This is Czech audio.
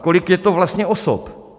Kolik je to vlastně osob?